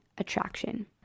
Attraction